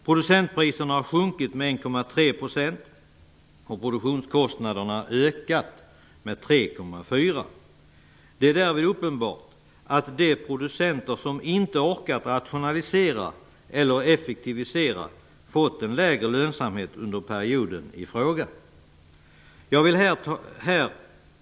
Producentpriserna har sjunkit med 1,3 %, och produktionskostnaderna har ökat med 3,4 %. Det är uppenbart att de producenter som inte har orkat rationalisera eller effektivisera har fått en lägre lönsamhet under perioden i fråga. Herr talman!